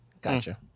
Gotcha